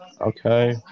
Okay